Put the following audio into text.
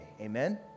Amen